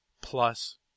plus